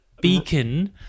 beacon